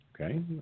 Okay